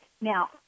Now